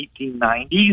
1890s